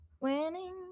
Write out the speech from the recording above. winning